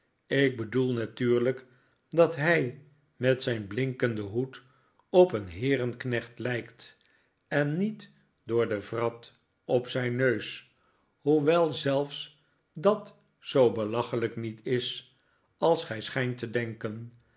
ik bedoel natuurlijk dat hij met zijn blinkenden hoed op een heerenknecht lijkt en niet door de wrat op nikolaas nickleby zijn neus hoewel zelfs dat zoo belachelijk niet is als gij schijnt te denken